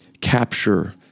capture